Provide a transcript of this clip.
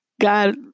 God